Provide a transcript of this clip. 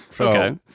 Okay